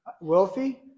wealthy